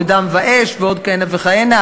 "בדם ואש" ועוד כהנה וכהנה.